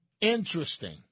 Interesting